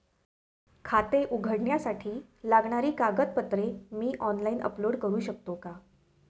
खाते उघडण्यासाठी लागणारी कागदपत्रे मी ऑनलाइन अपलोड करू शकतो का?